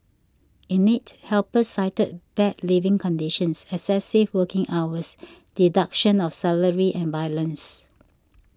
in it helpers cited bad living conditions excessive working hours deduction of salary and violence